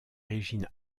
régine